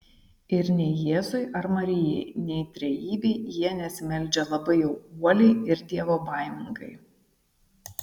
ir nei jėzui ar marijai nei trejybei jie nesimeldžia labai jau uoliai ir dievobaimingai